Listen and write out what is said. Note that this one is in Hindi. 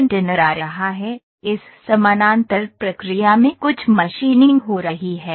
कंटेनर आ रहा है इस समानांतर प्रक्रिया में कुछ मशीनिंग हो रही है